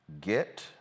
get